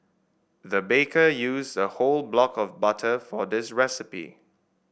the baker used a whole block of butter for this recipe